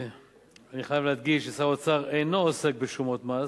אני חייב להדגיש ששר האוצר אינו עוסק בשומות מס,